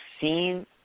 seen